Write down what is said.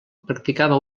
practicava